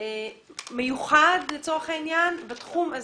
מיוחד בתחום הזה.